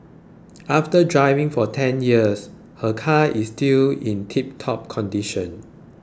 after driving for ten years her car is still in tiptop condition